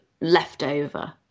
leftover